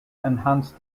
enhance